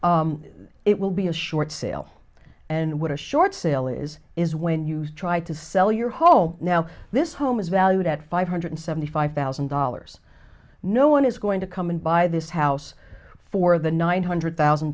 it will be a short sale and what a short sale is is when you try to sell your home now this home is valued at five hundred seventy five thousand dollars no one is going to come and buy this house for the nine hundred thousand